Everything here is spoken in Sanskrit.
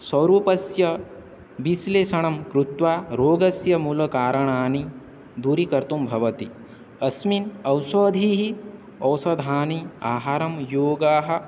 स्वरूपस्य विश्लेषणं कृत्वा रोगस्य मूलकारणानि दूरीकर्तुं भवति अस्मिन् ओषधिः औषधानि आहारं योगाः